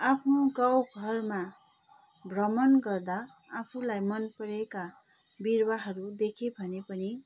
आफ्नो गाउँ घरमा भ्रमण गर्दा आफूलाई मन परेका बिरुवाहरू देखेँ भने पनि